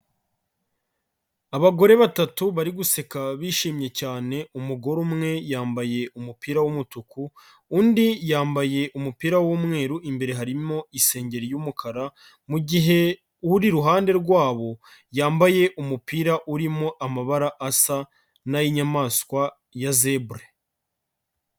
Abagore batatu bari guseka bishimye cyane, umugore umwe yambaye umupira w'umutuku undi yambaye umupira w'umweru imbere harimo isengeri y'umukara, mugihe uri iruhande rwabo yambaye umupira urimo amabara asa n'ay'inyamaswa ya zeblura.